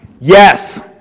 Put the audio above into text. Yes